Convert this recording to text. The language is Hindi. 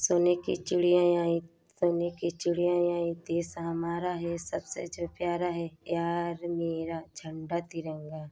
सोने की चिड़ियाँ आईं सोने की चिड़ियाँ आईं देस हमारा है सबसे जो प्यारा है यार मेरा झंडा तिरंगा